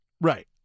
Right